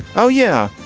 oh yeah.